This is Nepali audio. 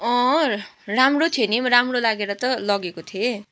राम्रो थियो नि राम्रो लागेर त लगेको थिएँ